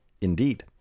indeed